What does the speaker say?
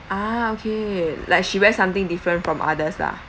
ah okay like she wear something different from others lah